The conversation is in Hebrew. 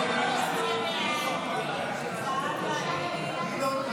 סעיף 1,